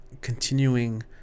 continuing